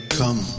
come